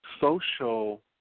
social